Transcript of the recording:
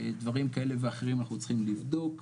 דברים כאלה ואחרים אנחנו צריכים לבדוק,